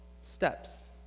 steps